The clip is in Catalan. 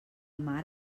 mar